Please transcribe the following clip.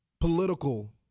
political